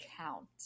count